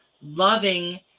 loving